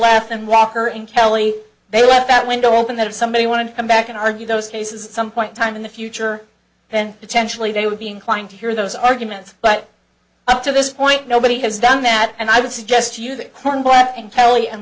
and walker and kelly they left that window open that if somebody wanted to come back and argue those cases some point time in the future then potentially they would be inclined to hear those arguments but up to this point nobody has done that and i would suggest to you that cornbread and kelly and